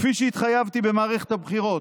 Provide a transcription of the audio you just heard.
כפי שהתחייבתי במערכת הבחירות,